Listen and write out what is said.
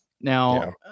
Now